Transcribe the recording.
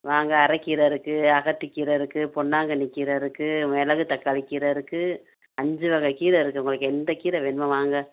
வாங்க அரைக் கீரை இருக்குது அகத்திக் கீரை இருக்குது பொன்னாங்கண்ணி கீரை இருக்குது மிளகு தக்காளி கீரை இருக்குது அஞ்சு வகை கீரை இருக்குது உங்களுக்கு எந்த கீரை வேணுமோ வாங்க